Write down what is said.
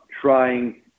trying